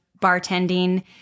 bartending